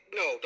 no